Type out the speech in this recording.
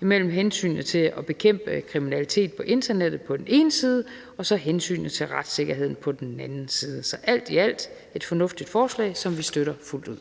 mellem hensynet til at bekæmpe kriminalitet på internettet på den ene side og så hensynet til retssikkerheden på den anden side. Så det er alt i alt et fornuftigt forslag, som vi støtter fuldt ud.